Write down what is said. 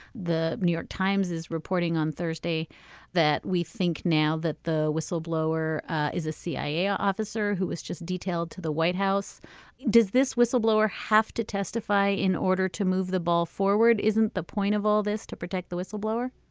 the new york times is reporting on thursday that we think now that the whistleblower is a cia a cia officer who was just detailed to the white house does this whistleblower have to testify in order to move the ball forward isn't the point of all this to protect the whistleblower